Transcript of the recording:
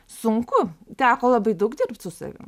sunku teko labai daug dirbt su savim